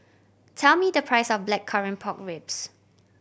tell me the price of Blackcurrant Pork Ribs